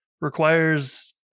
requires